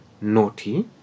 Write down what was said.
naughty